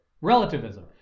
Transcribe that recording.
relativism